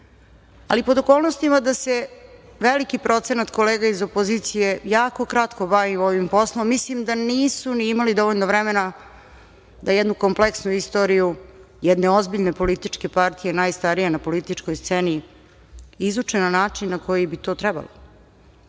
ali pod okolnostima da se veliki procenat kolega iz opozicije jako kratko bavi ovim poslom, mislim da nisu ni imali dovoljno vremena da jednu kompleksnu istoriju jedne ozbiljne političke partije, najstarije na političkoj sceni, izuče na način na koji bi to trebalo. Površne